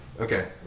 Okay